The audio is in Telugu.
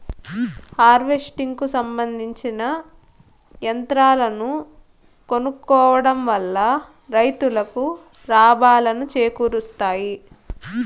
హార్వెస్టింగ్ కు సంబందించిన యంత్రాలను కొనుక్కోవడం వల్ల రైతులకు లాభాలను చేకూరుస్తాయి